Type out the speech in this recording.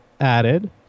added